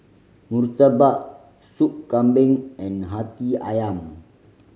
murtabak Sup Kambing and Hati Ayam